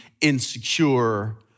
insecure